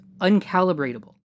uncalibratable